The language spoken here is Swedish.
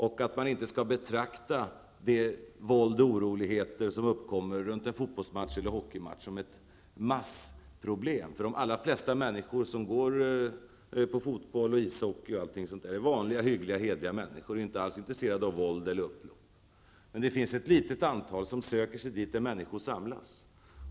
Man skall inte betrakta det våld och de oroligheter som uppkommer vid en fotbollsmatch eller en ishockeymatch som ett massproblem. De allra flesta människor som går på fotboll och ishockey är vanliga, hyggliga och hederliga människor som inte alls är intresserade av våld eller uppror. Men det finns ett litet antal som söker sig dit där människor samlas.